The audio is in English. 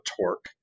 torque